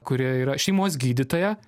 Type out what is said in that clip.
kuri yra šeimos gydytoja